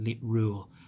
rule